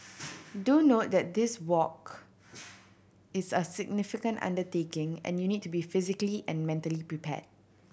do note that this walk is a significant undertaking and you need to be physically and mentally prepared